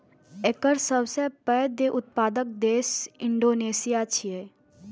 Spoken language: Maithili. एकर सबसं पैघ उत्पादक देश इंडोनेशिया छियै